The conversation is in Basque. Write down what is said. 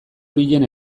horien